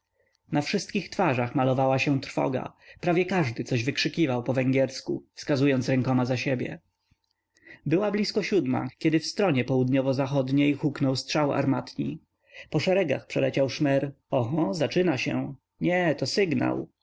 na wszystkich twarzach malowała się trwoga prawie każdy coś wykrzykiwał po węgiersku wskazując rękoma za siebie była blisko siódma kiedy w stronie południowo-zachodniej huknął strzał armatni po szeregach przeleciał szmer oho zaczyna się nie to sygnał